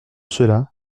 cela